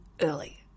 early